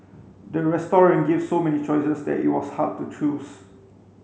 the restaurant gave so many choices that it was hard to choose